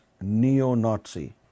Neo-Nazi